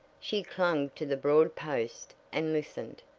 she clung to the broad post and listened.